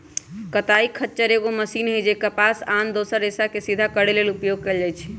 कताइ खच्चर एगो मशीन हइ जे कपास आ आन दोसर रेशाके सिधा करे लेल उपयोग कएल जाइछइ